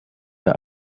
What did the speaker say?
der